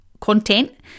content